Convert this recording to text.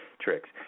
tricks